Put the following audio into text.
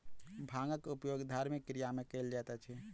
भांगक उपयोग धार्मिक क्रिया में कयल जाइत अछि